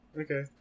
Okay